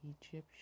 Egyptian